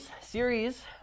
Series